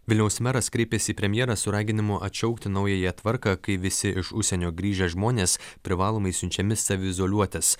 vilniaus meras kreipėsi į premjeras su raginimu atšaukti naująją tvarką kai visi iš užsienio grįžę žmonės privalomai siunčiami saviizoliuotis